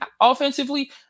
offensively